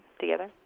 together